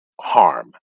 harm